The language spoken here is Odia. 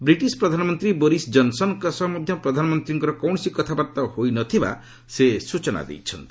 ବ୍ରିଟିଶ ପ୍ରଧାନମନ୍ତ୍ରୀ ବୋରିସ୍ ଜନସନଙ୍କ ସହ ମଧ୍ୟ ପ୍ରଧାନମନ୍ତ୍ରୀଙ୍କର କୌଣସି କଥାବାର୍ତ୍ତା ହୋଇନଥିବା ସେ ସ୍ବଚନା ଦେଇଛନ୍ତି